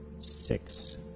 six